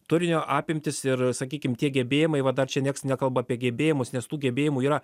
turinio apimtys ir sakykim tie gebėjimai va dar čia nieks nekalba apie gebėjimus nes tų gebėjimų yra